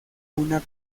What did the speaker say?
una